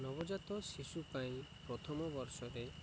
ନବଜାତ ଶିଶୁ ପାଇଁ ପ୍ରଥମ ବର୍ଷରେ